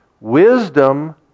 wisdom